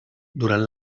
durant